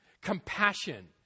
Compassion